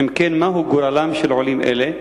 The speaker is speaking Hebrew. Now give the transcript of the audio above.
2. אם כן, מהו גורלם של עולים אלה?